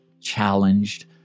challenged